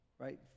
Right